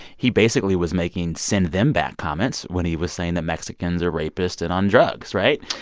he basically was making send-them-back comments when he was saying that mexicans are rapists and on drugs, right?